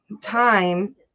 time